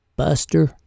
Buster